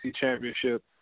championship